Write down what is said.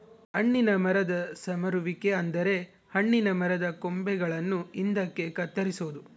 ಹಣ್ಣಿನ ಮರದ ಸಮರುವಿಕೆ ಅಂದರೆ ಹಣ್ಣಿನ ಮರದ ಕೊಂಬೆಗಳನ್ನು ಹಿಂದಕ್ಕೆ ಕತ್ತರಿಸೊದು